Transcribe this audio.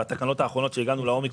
בתקנות האחרונות שהגענו באומיקרון,